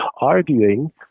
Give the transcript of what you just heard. arguing